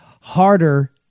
harder